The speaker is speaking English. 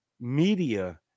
media